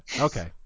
Okay